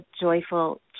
joyful